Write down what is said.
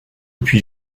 puis